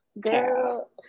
girl